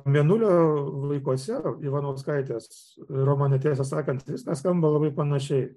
mėnulio laikuose ivanauskaitės romane tiesą sakant viskas skamba labai panašiai